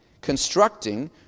constructing